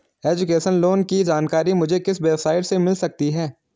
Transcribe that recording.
Education loan की जानकारी मुझे किस वेबसाइट से मिल सकती है?